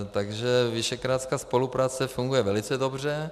Takže visegrádská spolupráce funguje velice dobře.